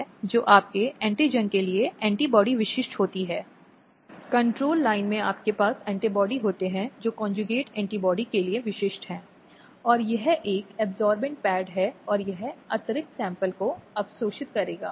इसलिए इसने एक ऐसी प्रणाली बनाने की कोशिश की है जो बहुत ही अनुकूल है और जो महिलाओं के मुद्दों और चिंताओं को दूर करने की कोशिश करती है